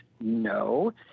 No